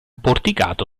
porticato